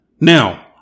Now